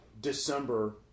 December